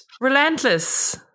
Relentless